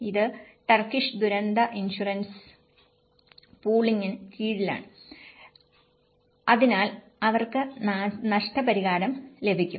ഇത് ടർക്കിഷ് ദുരന്ത ഇൻഷുറൻസ് പൂളിന് കീഴിലാണ് അതിനാൽ അവർക്ക് നഷ്ടപരിഹാരം ലഭിക്കും